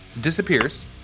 disappears